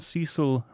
Cecil